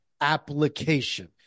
application